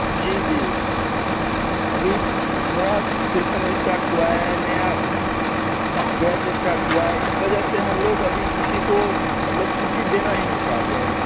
जी जी अभी नया सेसन इस्टार्ट हुआ है नया बैच इस्टार्ट हुआ है इस वजह से हम लोग अभी किसी को मतलब छुट्टी देना ही नहीं चाहते हैं